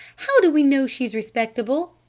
how do we know she's respectable?